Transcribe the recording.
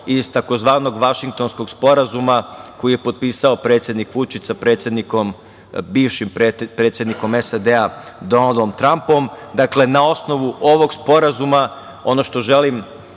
iz tzv. Vašingtonskog sporazuma koji je potpisao predsednik Vučić sa bivšim predsednikom SAD Donaldom Trampom. Dakle, na osnovu ovog sporazuma, ono što želim